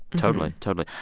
totally. totally.